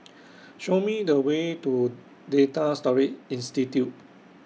Show Me The Way to Data Storage Institute